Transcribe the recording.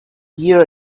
year